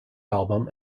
album